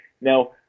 Now